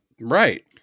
Right